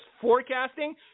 forecasting